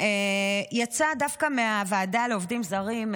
יצא דווקא מהוועדה לעובדים זרים.